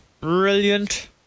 brilliant